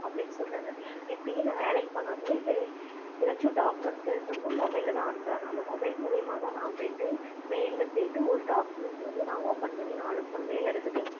அப்படின்னு சொல்கிறாங்க இப்போயே நான் வேலைக்கு போனால் கூட இப்போ ஏதாச்சும் டாக்குமெண்ட் ஃபில் பண்ணும் மொபைலில் தான் அனுப்புகிறாங்க அந்த மொபைல் மூலிமா தான் நான் போயிட்டு மெயிலில் போயிட்டு ஒரு டாக்குமெண்ட் வந்து நான் ஓபன் பண்ணி நான் அனுப்பணும் மேல் இடத்துக்கு